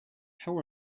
how